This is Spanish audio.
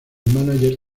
mánager